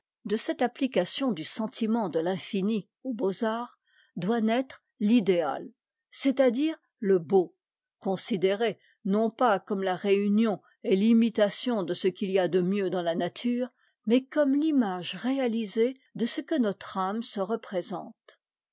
de cette application du sentiment de l'infini aux beaux-arts doit naître t'idéat c'est-à-dire le beau considéré non pas comme la réunion et l'imitation de ce qu'il y a de'mieux dans la nature mais comme l'image réalisée de ce que notre âme se représente